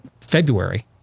February